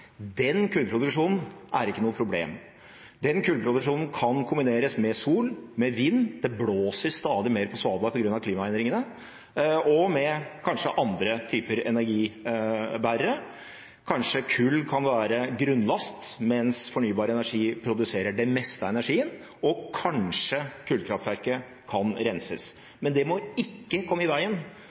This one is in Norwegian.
Den kullproduksjonen er ikke noe problem. Den kullproduksjonen kan kombineres med sol, vind – det blåser stadig mer på Svalbard på grunn av klimaendringene – og kanskje andre typer energibærere. Kanskje kull kan være grunnlast, mens fornybar energi produserer det meste av energien, og kanskje kan kullkraftverket renses. Men det må ikke komme i veien